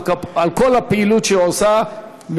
על כל הפעילות שהיא עושה,